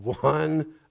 one